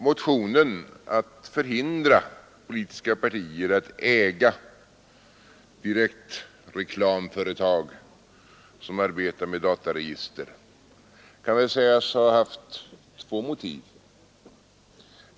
Motionen att förhindra politiskt parti att äga reklamföretag som arbetar med dataregister kan sägas ha haft två motiv.